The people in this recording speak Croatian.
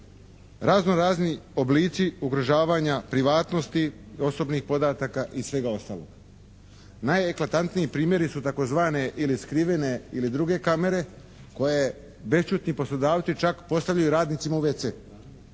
razno razni oblici ugrožavanja privatnosti, osobnih podataka i svega ostalog. Najeklatantniji primjeri su tzv. ili skrivene ili druge kamere koje bešćutni poslodavci čak postavljaju radnicima u WC